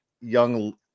young